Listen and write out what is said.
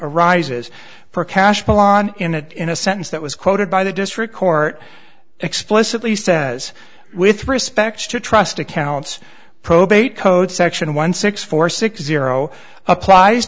arises for cash milan in a in a sentence that was quoted by the district court explicitly says with respect to trust accounts probate code section one six four six zero applies